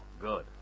Good